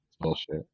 Bullshit